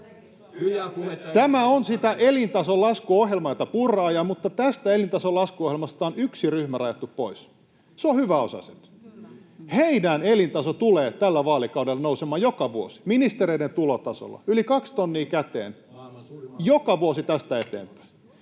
Tämä on sitä elintason laskuohjelmaa, jota Purra ajaa, mutta tästä elintason laskuohjelmasta on yksi ryhmä rajattu pois, ja se on hyväosaiset. Heidän elintasonsa tulee tällä vaalikaudella nousemaan joka vuosi, ministereiden tulotasolla yli kaksi tonnia käteen joka vuosi tästä eteenpäin.